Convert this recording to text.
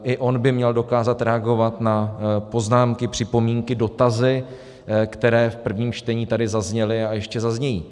I on by měl dokázat reagovat na poznámky, připomínky, dotazy, které v prvním čtení tady zazněly a ještě zaznějí.